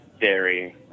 Dairy